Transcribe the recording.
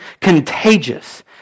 contagious